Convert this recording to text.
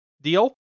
Deal